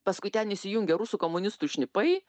paskui ten įsijungia rusų komunistų šnipai